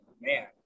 man